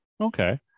Okay